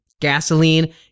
gasoline